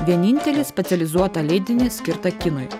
vienintelį specializuotą leidinį skirtą kinui